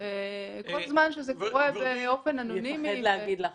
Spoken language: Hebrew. הוא יחשוש להגיד לך.